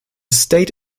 state